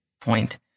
point